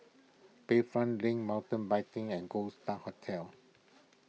Bayfront Link Mountain Biking and Gold Star Hotel